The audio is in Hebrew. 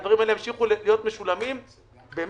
הדברים האלה ימשיכו להיות משולמים ב-100%,